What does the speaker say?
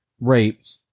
raped